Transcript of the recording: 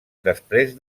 després